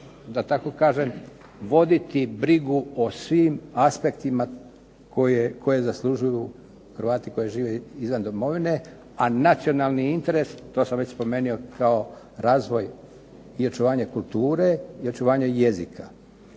da tako kažem voditi brigu o svim aspektima koje zaslužuju Hrvati koji žive izvan Domovine, a nacionalni interes to sam već spomenuo kao razvoj i očuvanje kulture i očuvanje jezika.